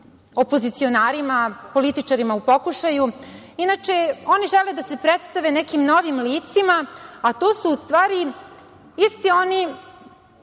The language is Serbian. opozicionarima, političarima u pokušaju, inače oni žele da se predstave nekim novim licima, a to su u stvari isti oni,